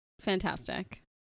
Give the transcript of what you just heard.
Fantastic